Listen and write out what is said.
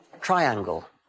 triangle